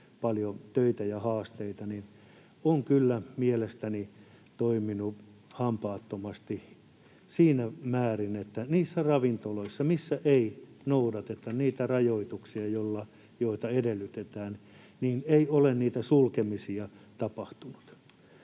paljon töitä ja haasteita — on kyllä mielestäni toiminut hampaattomasti siinä määrin, että niissä ravintoloissa, joissa ei noudateta rajoituksia, joita edellytetään, ei ole niitä sulkemisia tapahtunut.